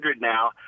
now